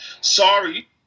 Sorry